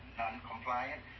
non-compliant